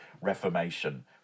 reformation